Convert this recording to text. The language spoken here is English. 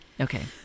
Okay